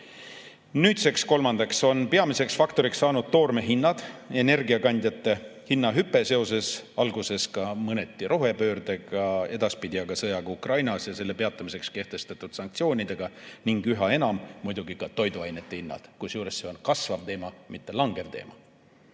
tulema. Kolmandaks on peamiseks faktoriks saanud toorme hinnad, energiakandjate hinna hüpe – seda seoses alguses mõneti ka rohepöördega, edaspidi aga sõjaga Ukrainas ja selle peatamiseks kehtestatud sanktsioonidega. Üha enam mõjuvad muidugi ka toiduainete hinnad, kusjuures see on kasvav [trend], mitte langev [trend]